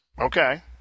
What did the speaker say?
Okay